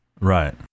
Right